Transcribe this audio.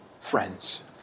friends